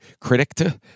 critic